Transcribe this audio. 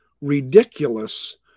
ridiculous